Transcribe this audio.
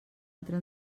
altra